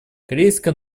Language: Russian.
корейская